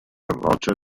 roccia